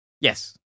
Yes